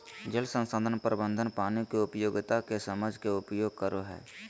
जल संसाधन प्रबंधन पानी के उपयोगिता के समझ के उपयोग करई हई